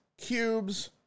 Cubes